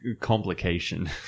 complication